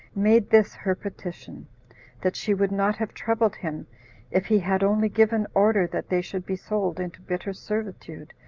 made this her petition that she would not have troubled him if he had only given order that they should be sold into bitter servitude,